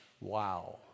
Wow